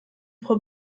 frau